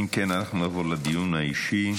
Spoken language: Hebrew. אם כן, אנחנו נעבור לדיון האישי.